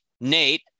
Nate